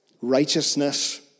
righteousness